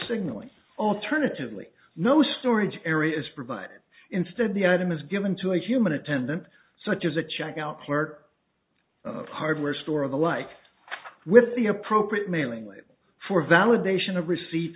signaling alternatively no storage area is provided instead the item is given to a human attendant such as a checkout clerk of hardware store of the like with the appropriate mailing label for validation of receipt